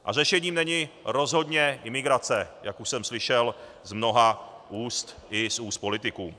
A řešením není rozhodně imigrace, jak už jsem slyšel z mnoha úst, i z úst politiků.